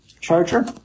charger